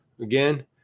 Again